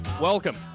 Welcome